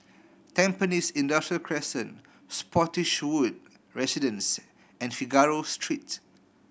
Tampines Industrial Crescent Spottiswoode Residences and Figaro Street